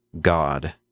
God